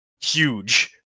huge